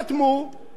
וזה יהיה בסדר.